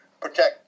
protect